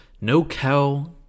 No-cow